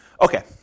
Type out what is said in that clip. Okay